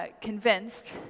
convinced